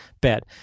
bad